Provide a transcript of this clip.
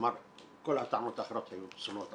כל הטענות האחרות היו פסולות,